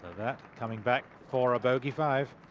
that coming back for a bogey five.